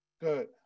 Good